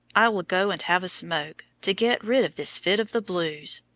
i will go and have a smoke to get rid of this fit of the blues.